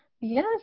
Yes